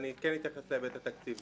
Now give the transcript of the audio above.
ואני כן אתייחס להיבט התקציבי,